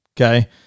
Okay